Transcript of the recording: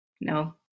no